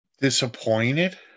Disappointed